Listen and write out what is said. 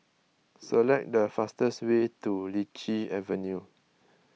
select the fastest way to Lichi Avenue